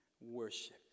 worship